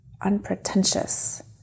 unpretentious